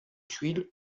tuile